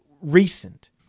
recent